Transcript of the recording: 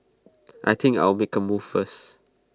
I think I'll make A move first